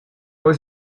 was